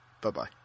Bye-bye